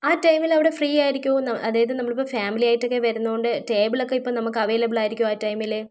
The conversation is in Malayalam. ആ ടൈമിലവിടെ ഫ്രീ ആയിരിക്കുമോയെന്ന് അതായത് നമ്മൾ ഇപ്പം ഫാമിലി ആയിട്ടൊക്കെ വരുന്നതുകൊണ്ട് ടേബിളൊക്കെ ഇപ്പം അവൈലബിൾ ആയിരിക്കുമോ ആ ടൈമിൽ